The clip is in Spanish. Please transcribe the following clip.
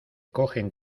cogen